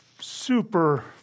Super